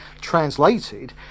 translated